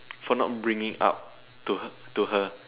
for not bringing it up to to her